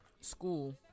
school